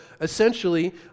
essentially